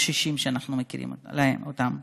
הקשישים שאנחנו מכירים אותם.